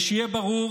ושיהיה ברור,